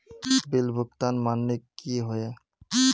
Bill भुगतान माने की होय?